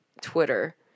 Twitter